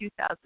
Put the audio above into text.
2,000